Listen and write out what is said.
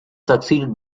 succeeded